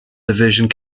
division